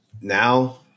now